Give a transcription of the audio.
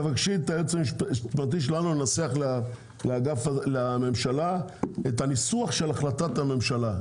תבקשי את היועץ המשפטי שלנו לנסח לממשלה את הניסוח של החלטת הממשלה.